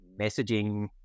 messaging